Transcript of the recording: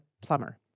plumber